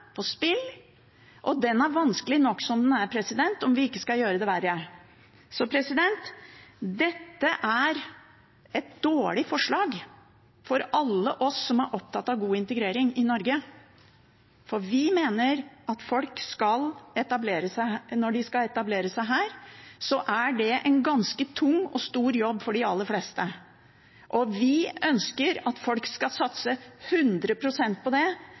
på spill, og den er vanskelig nok som den er, om vi ikke skal gjøre det verre. Så dette er et dårlig forslag for alle oss som er opptatt av god integrering i Norge. Vi mener at når folk skal etablere seg her, er det en ganske tung og stor jobb for de aller fleste, og vi ønsker at folk skal satse 100 pst. på det.